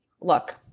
look